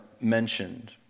mentioned